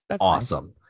awesome